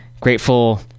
Grateful